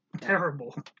Terrible